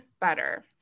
better